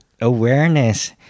awareness